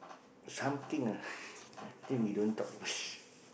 something ah I think we don't talk about this